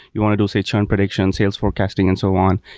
you want to do, say, churn predictions, sales forecasting and so on.